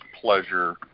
pleasure